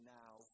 now